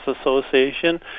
Association